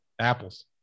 Apples